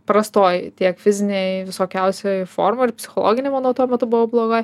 prastoj tiek fizinėj visokiausioj formoj ir psichologinė manau tuo metu buvo bloga